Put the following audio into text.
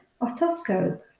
otoscope